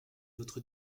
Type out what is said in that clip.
votre